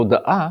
תודעה,